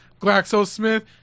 GlaxoSmith